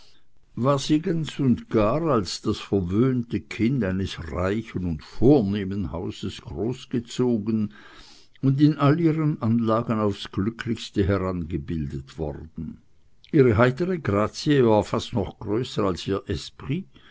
war sie ganz und gar als das verwöhnte kind eines reichen und vornehmen hauses großgezogen und in all ihren anlagen aufs glücklichste herangebildet worden ihre heitere grazie war fast noch größer als ihr